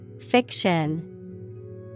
Fiction